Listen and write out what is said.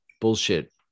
bullshit